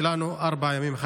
החג הקרוב שלנו הוא ארבעה ימים.